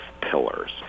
pillars